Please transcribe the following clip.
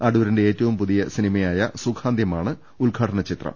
അടൂരിന്റെ ഏറ്റവും പുതി സിനിമയായ സുഖാന്ത്യ മാണ് ഉദ്ഘാടന ചിത്രം